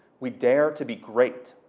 we dare to be great.